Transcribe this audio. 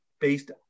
based